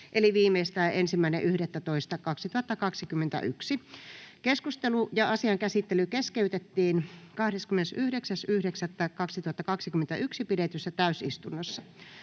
eli viimeistään 1.11.2021. Keskustelu ja asian käsittely keskeytettiin 29.9.2021 pidetyssä täysistunnossa.